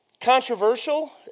controversial